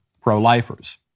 pro-lifers